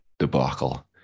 debacle